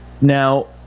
Now